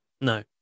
No